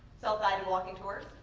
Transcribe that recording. self-guided walking tours,